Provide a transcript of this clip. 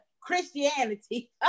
christianity